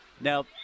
now